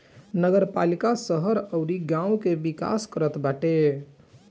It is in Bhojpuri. नगरपालिका शहर अउरी गांव के विकास करत बाटे